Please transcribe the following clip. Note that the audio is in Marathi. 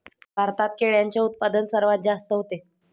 भारतात केळ्यांचे उत्पादन सर्वात जास्त होते